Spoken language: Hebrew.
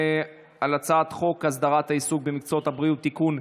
הצעת חוק הסדרת העיסוק במקצועות הבריאות (תיקון,